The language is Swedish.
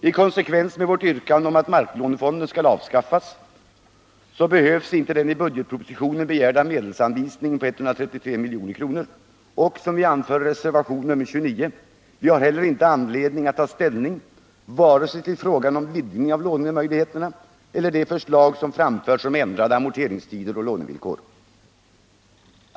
I konsekvens med vårt yrkande om att marklånefonden skall avskaffas så behövs inte den i budgetpropositionen begärda medelsanvisningen på 133 milj.kr., och vi har heller inte, som vi anför i reservation nr 29, anledning att ta ställning vare sig till frågan om vidgning av lånemöjligheterna eller till de förslag som framförts om ändrade amorteringstider och lånevillkor.